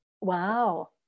wow